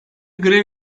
grev